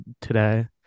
today